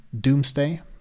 Doomsday